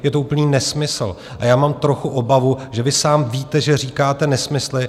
Je to úplný nesmysl a já mám trochu obavu, že vy sám víte, že říkáte nesmysly.